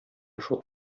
шул